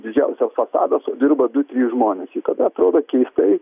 didžiausias fasadas o dirba du trys žmonės ir tada atrodo keistai